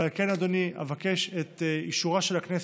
ועל כן, אדוני, אבקש את אישורה של הכנסת,